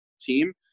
team